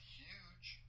huge